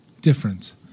different